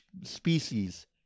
species